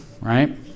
right